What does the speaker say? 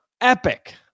epic